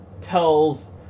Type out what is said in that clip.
tells